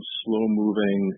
slow-moving